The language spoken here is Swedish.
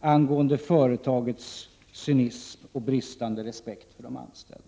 angående företagets cynism och bristande respekt för de anställda.